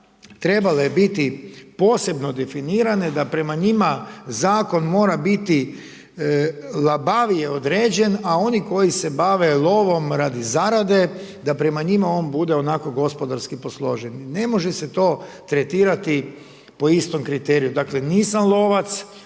trebale biti posebno definirane da prema njima zakon mora biti labavije određen a oni koji se bave lovom radi zarade da prema njima on bude onako gospodarski posložen. Ne može se to tretirati po istom kriteriju. Dakle nisam lovac,